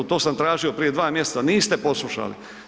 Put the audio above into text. To sam tražio prije dva mjeseca, niste poslušali.